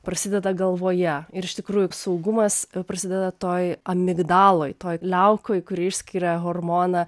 prasideda galvoje ir iš tikrųjų saugumas prasideda toj amikdaloj toj liaukoj kuri išskiria hormoną